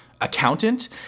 accountant